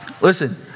Listen